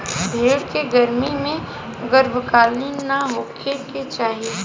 भेड़ के गर्मी में गर्भकाल ना होखे के चाही